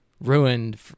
ruined